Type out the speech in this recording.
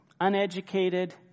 uneducated